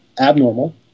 abnormal